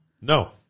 No